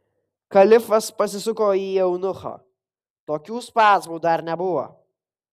kalifas pasisuko į eunuchą tokių spazmų dar nebuvo